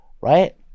right